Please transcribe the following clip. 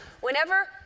Whenever